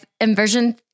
inversion